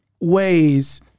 ways